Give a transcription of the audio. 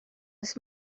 oes